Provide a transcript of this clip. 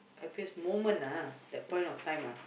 happiest moment ah that point of time ah